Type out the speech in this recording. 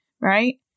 right